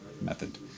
method